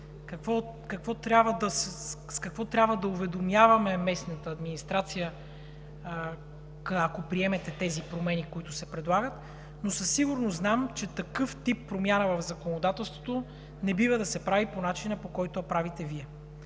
какво трябва да уведомяваме местната администрация, ако приемете тези промени, които се предлагат, но със сигурност знам, че такъв тип промяна в законодателството не бива да се прави по начина, по който я правите Вие.